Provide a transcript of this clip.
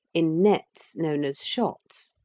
in nets, known as shots,